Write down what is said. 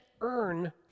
earn